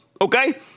okay